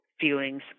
feelings